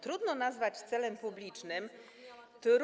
Trudno nazwać celem publicznym.